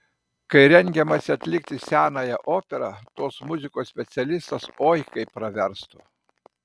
kai rengiamasi atlikti senąją operą tos muzikos specialistas oi kaip praverstų